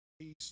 peace